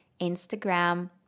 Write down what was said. Instagram